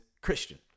Christian